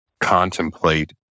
contemplate